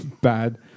bad